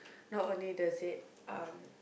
not only does it uh